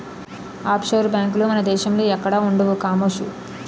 offshore బేంకులు మన దేశంలో ఎక్కడా ఉండవు కామోసు